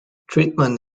treatment